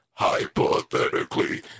hypothetically